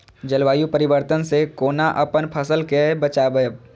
जलवायु परिवर्तन से कोना अपन फसल कै बचायब?